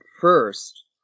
first